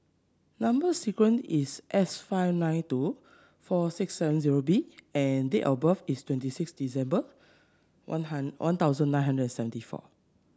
number sequence is S five nine two four six seven zero B and date of birth is twenty six December One Hundred One Thousand nine hundred and seventy four